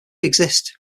exist